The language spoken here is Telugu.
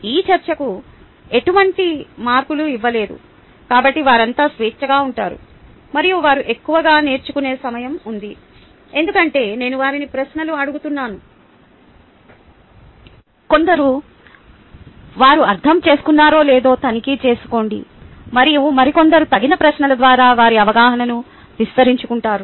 ఈ చర్చకు ఎటువంటి మార్కులు ఇవ్వలేదు కాబట్టి వారంతా స్వేత్చగా ఉంటారు మరియు వారు ఎక్కువగా నేర్చుకునే సమయం ఉంది ఎందుకంటే నేను వారిని ప్రశ్నలు అడుగుతున్నాను కొందరు వారు అర్థం చేసుకున్నారో లేదో తనిఖీ చేసుకోండి మరియు మరికొందరు తగిన ప్రశ్నల ద్వారా వారి అవగాహనను విస్తరించుకుంటారు